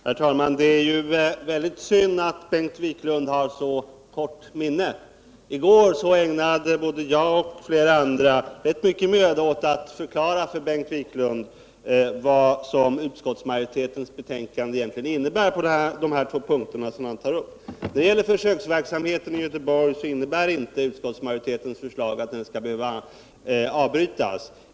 Herr talman! Det är synd att Bengt Wiklund har ett så kort minne. I går ägnade både jag och flera andra rätt mycket möda åt att förklara för Bengt Wiklund vad utskottsmajoritetens betänkande egentligen innebär på de här två punkterna som han tar upp. När det gäller försöksverksamheten i Göteborg innebär inte utskottsmajoritetens förslag att den skall behöva avbrytas.